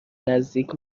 نزدیک